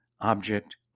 object